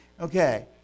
Okay